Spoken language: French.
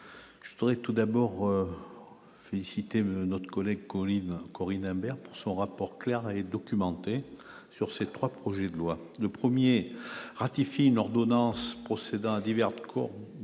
je voudrais tout d'abord féliciter notre collègue Colin Corinne amer pour son rapport clair et documenté sur ces 3 projets de loi le 1er ratifie une ordonnance procédant à divers corps